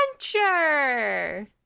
adventure